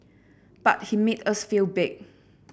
but he made us feel big